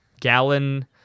gallon